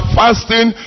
fasting